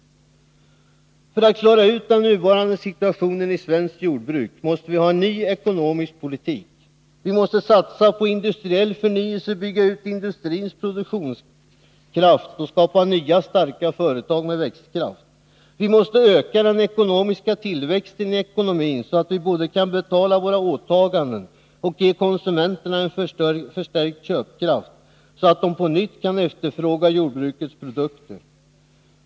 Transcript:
För att klara ut den nuvarande situationen i svenskt jordbruk måste vi ha en ny ekonomisk politik. Vi måste satsa på industriell förnyelse, bygga ut industrins produktionskraft och skapa nya starka företag med växtkraft. Vi måste öka tillväxten i ekonomin, så att vi både kan betala våra åtaganden och ge konsumenterna en förstärkt köpkraft, varigenom de på nytt kan efterfråga jordbrukets produkter.